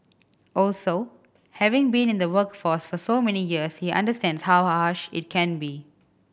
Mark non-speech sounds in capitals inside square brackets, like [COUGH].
also having been in the workforce for so many years he understands how [UNINTELLIGIBLE] harsh it can be